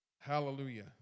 Hallelujah